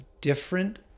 different